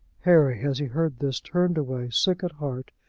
harry, as he heard this, turned away, sick at heart.